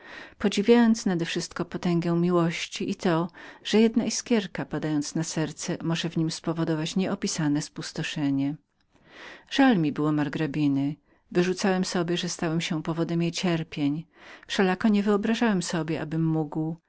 podziwiając nadewszystko potęgę miłości i jak jedna jej iskierka padając na serce mogła stać się przyczyną nieopisanych męczarni żal mi było margrabiny wyrzucałem sobie że stałem się powodem jej cierpień wszelako nigdy sobie nie wyobrażałem abym mógł